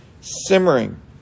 simmering